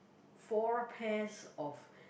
four pairs of